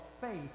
faith